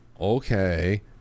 okay